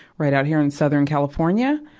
right out here in southern california.